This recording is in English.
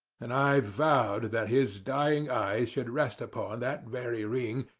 and i vowed that his dying eyes should rest upon that very ring,